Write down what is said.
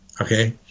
okay